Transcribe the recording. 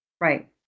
Right